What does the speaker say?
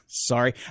Sorry